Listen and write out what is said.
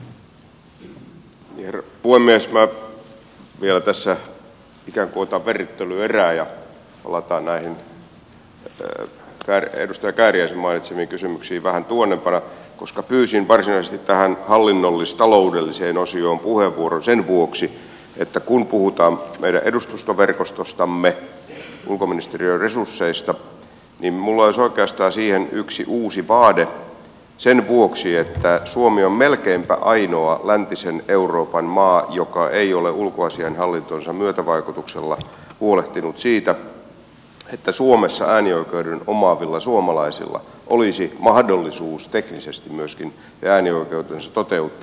minä vielä tässä ikään kuin otan verryttelyerää ja palataan näihin edustaja kääriäisen mainitsemiin kysymyksiin vähän tuonnempana koska pyysin varsinaisesti tähän hallinnollis taloudelliseen osioon puheenvuoron sen vuoksi että kun puhutaan meidän edustustoverkostostamme ulkoministeriön resursseista niin minulla olisi oikeastaan siihen yksi uusi vaade sen vuoksi että suomi on melkeinpä ainoa läntisen euroopan maa joka ei ole ulkoasiainhallintonsa myötävaikutuksella huolehtinut siitä että suomessa äänioikeuden omaavilla suomalaisilla olisi mahdollisuus teknisesti myöskin äänioikeutensa toteuttaa